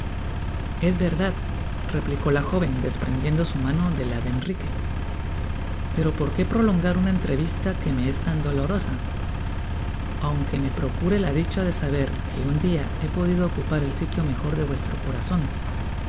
es verdad replicó la jo ven desprendiendo su mano de ta de enrique pero por qué prolongar una entrevista que me es tan dólorosa aun que me procure la dicha de saber que un dia he podido ocupar el sitio mejor de vuestro corazon